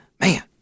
man